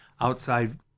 outside